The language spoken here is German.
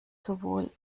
sowohl